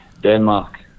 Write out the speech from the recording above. Denmark